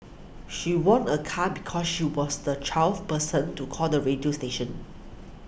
she won a car because she was the twelfth person to call the radio station